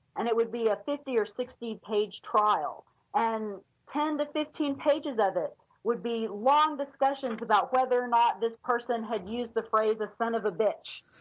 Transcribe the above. and it would be a fifty or sixty page trial and ten to fifteen pages of this would be long discussions about whether or not this person had used the phrase of son of a bitch.